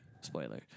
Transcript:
Spoiler